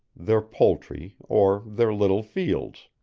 their poultry, or their little fields.